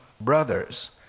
brothers